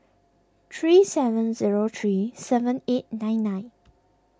three seven zero three seven eight nine nine